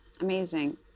Amazing